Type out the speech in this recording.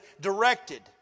directed